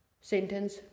sentence